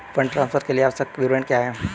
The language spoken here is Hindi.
फंड ट्रांसफर के लिए आवश्यक विवरण क्या हैं?